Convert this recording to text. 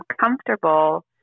comfortable